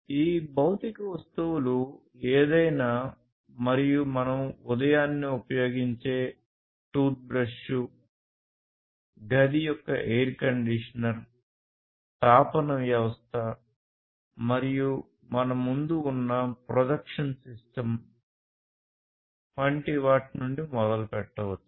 ఈ భౌతిక వస్తువులు ఏదైనా మరియు మనం ఉదయాన్నే ఉపయోగించే టూత్ బ్రష్లు గది యొక్క ఎయిర్ కండీషనర్ తాపన వ్యవస్థ మరియు మన ముందు ఉన్న ప్రొజెక్షన్ సిస్టమ్ వంటి వాటి నుండి మొదలుపెట్టవచ్చు